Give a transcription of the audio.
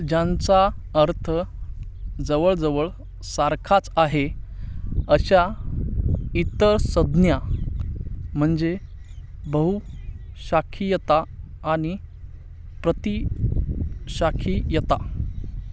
ज्यांचा अर्थ जवळजवळ सारखाच आहे अशा इतर संज्ञा म्हणजे बहुशाखीयता आणि प्रतिशाखीयता